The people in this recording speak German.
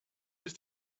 ist